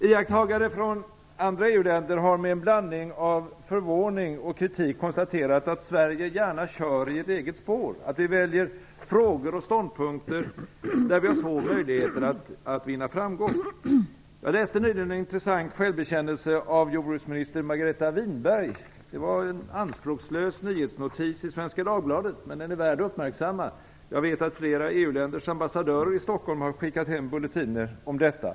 Iakttagare från andra EU-länder har med en blandning av förvåning och kritik konstaterat att Sverige gärna kör i ett eget spår, att Sverige väljer frågor och ståndpunkter där vi har små möjligheter att vinna framgång. Jag läste nyligen en intressant självbekännelse av jordbruksminister Margareta Winberg. Det var en anspråkslös nyhetsnotis i Svenska Dagbladet, men den är värd att uppmärksammas. Jag vet att flera EU länders ambassadörer i Stockholm har skickat hem bulletiner om detta.